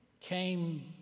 came